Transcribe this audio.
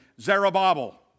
Zerubbabel